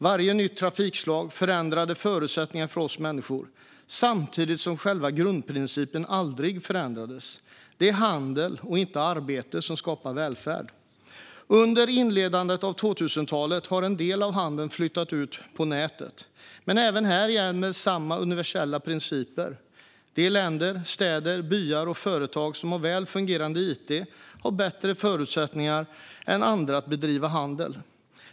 Varje nytt trafikslag förändrade förutsättningarna för oss människor samtidigt som själva grundprincipen aldrig förändrades, nämligen att det är handel och inte arbete som skapar välfärd. Under inledningen av 2000-talet har en del av handeln flyttat ut på näringsutskottettet, men även där gäller samma universella principer. De länder, städer, byar och företag som har väl fungerande it har bättre förutsättningar än andra att bedriva handel.